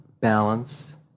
balance